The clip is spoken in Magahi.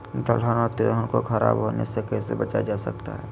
दलहन और तिलहन को खराब होने से कैसे बचाया जा सकता है?